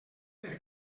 per